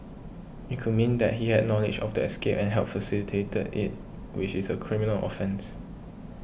it could mean that he had knowledge of the escape and helped facilitate it which is a criminal offence